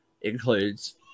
includes